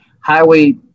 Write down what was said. Highway